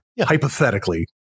hypothetically